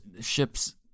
ships